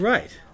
Right